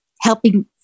helping